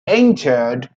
entered